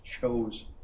chose